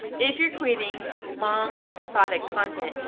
if you're creating long episodic content,